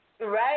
Right